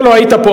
אתה לא היית פה,